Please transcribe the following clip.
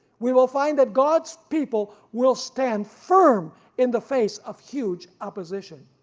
we will find that god's people will stand firm in the face of huge opposition.